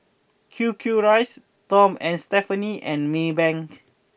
Q Q rice Tom and Stephanie and Maybank